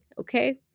okay